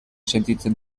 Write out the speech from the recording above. sentitzen